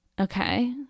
okay